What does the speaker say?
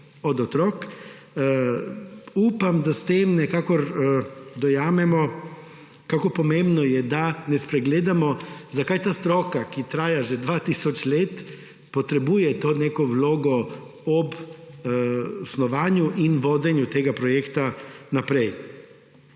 ljudje. Upam, da s tem nekako dojamemo, kako pomembno je, da ne spregledamo, zakaj ta stroka, ki traja že dva tisoč let, potrebuje to neko vlogo ob snovanju in vodenju tega projekta naprej.